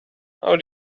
how